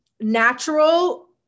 natural